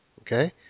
Okay